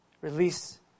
release